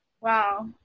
Wow